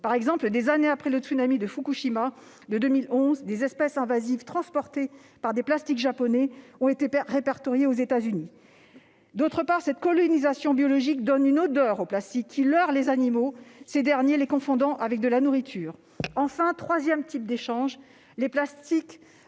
Par exemple, des années après le tsunami de Fukushima de 2011, des espèces invasives transportées par des plastiques japonais ont été répertoriées aux États-Unis. Cette colonisation biologique donne par ailleurs au plastique une odeur qui leurre les animaux, ces derniers le confondant avec de la nourriture. Enfin, troisième type d'échange, les plastiques